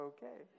Okay